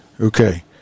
okay